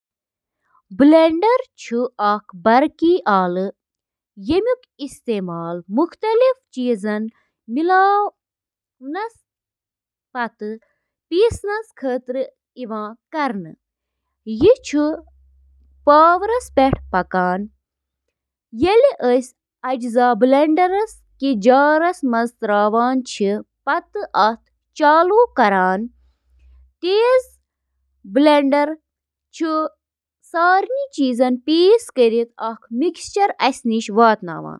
Skin ہٕنٛدیٚن طرفن چھِ لٔٹہِ آسان، یتھ ریڈنگ تہِ ونان چھِ، واریاہو وجوہاتو کِنۍ، یتھ منٛز شٲمِل چھِ: جعل سازی تہٕ کلپنگ رُکاوٕنۍ، بوزنہٕ یِنہٕ والیٚن ہٕنٛز مدد، لباس کم کرُن تہٕ باقی۔